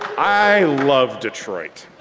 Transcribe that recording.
i love detroit.